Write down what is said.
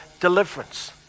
deliverance